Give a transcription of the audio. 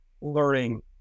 learning